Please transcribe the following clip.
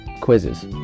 quizzes